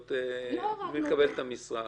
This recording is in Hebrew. לקבל את המשרה.